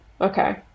Okay